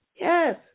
yes